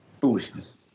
Foolishness